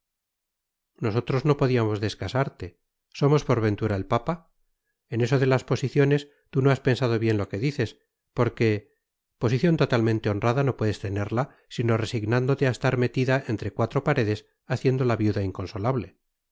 nosotros no podíamos descasarte somos por ventura el papa en eso de las posiciones tú no has pensado bien lo que dices porque posición totalmente honrada no puedes tenerla sino resignándote a estar metida entre cuatro paredes haciendo la viuda inconsolable